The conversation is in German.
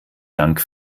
dank